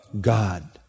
God